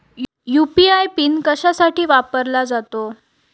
UPI PIN कशासाठी वापरला जातो?